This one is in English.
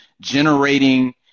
generating